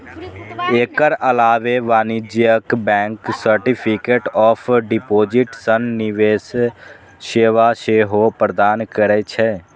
एकर अलावे वाणिज्यिक bank certificate of deposit सन निवेश सेवा सेहो प्रदान करै छै